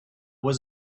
was